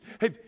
Hey